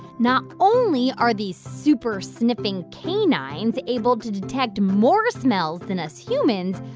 not only are these super-sniffing canines able to detect more smells than us humans,